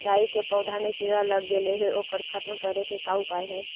राई के पौधा में किड़ा लग गेले हे ओकर खत्म करे के का उपाय है?